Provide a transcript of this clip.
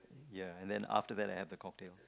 ya and then after that I have the cocktails